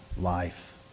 life